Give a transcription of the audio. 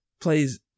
plays